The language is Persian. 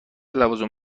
لوازم